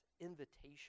invitation